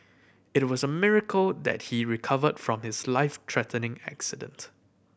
it was a miracle that he recovered from his life threatening accident